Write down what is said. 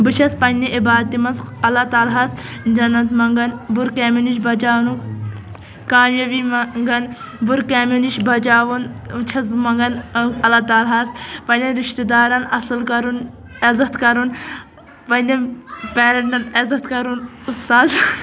بہٕ چھَس پنٕنہِ عِبادتہِ منٛز اللہ تعلیٰ ہس جنَت منٛگان بُرٕ کامیو نِش بچاونُک کامیٲبی منٛگان بُرِ کمیو نِش بچاوُن چھَس بہِ منگان ال اللہ تعلیٰ ہس پنِنین رشتہٕ داران اصل کرُن عیزتھ کرُن پنٕنین پیرنٹن عیزتھ کرُن اُستادن